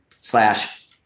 slash